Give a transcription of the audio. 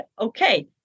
okay